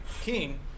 king